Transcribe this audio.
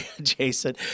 Jason